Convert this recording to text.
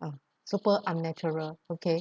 uh super unnatural okay